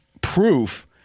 proof